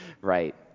Right